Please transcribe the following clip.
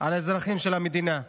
על האזרחים של המדינה.